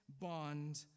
bond